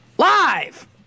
Live